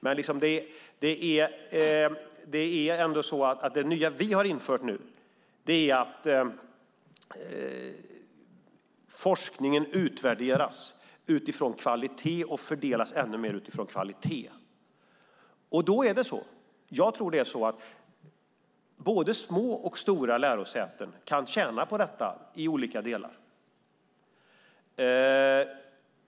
Men det nya som vi nu har infört är att forskningen utvärderas utifrån kvalitet och fördelas ännu mer utifrån kvalitet. Jag tror att både små och stora lärosäten kan tjäna på detta i olika delar.